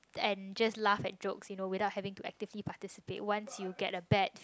and just laugh and jokes you know without having to actively participate once you get a bad